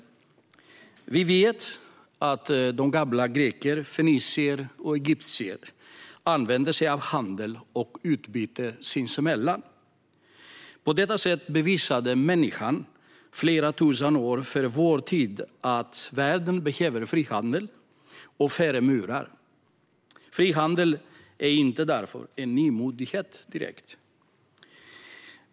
Vi vet att de gamla grekerna, fenicierna och egyptierna använde sig av handel och utbyte sinsemellan. På detta sätt bevisade människan flera tusen år före vår tid att världen behöver frihandel och färre murar. Frihandeln är därför inte direkt någon nymodighet.